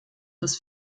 des